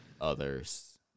others